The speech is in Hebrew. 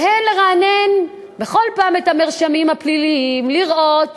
ולרענן בכל פעם את המרשמים הפליליים כדי לראות